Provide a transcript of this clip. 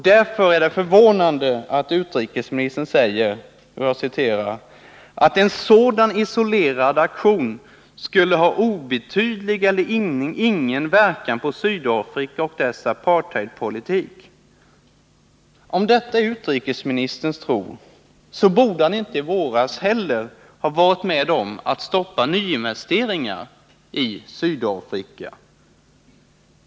Därför är det förvånande att utrikesministern säger: ”En sådan isolerad aktion skulle ha obetydlig eller ingen verkan på Sydafrika och dess apartheidpolitik.” Om detta är utrikesministerns tro, så borde han inte ha varit med om att i våras stoppa nyinvesteringar i Sydafrika.